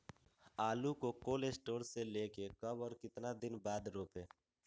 आलु को cold store से ले के कब और कितना दिन बाद रोपे?